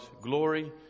glory